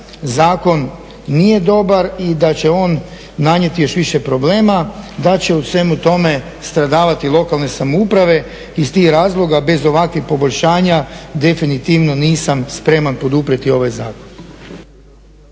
zakon nije dobar i da će on nanijeti još više problema, da će u svemu tome stradavati lokalne samouprave, iz tih razloga, bez ovakvih poboljšanja, definitivno nisam spreman poduprijeti ovaj zakon.